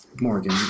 Morgan